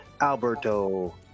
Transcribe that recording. Alberto